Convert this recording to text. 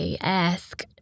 ask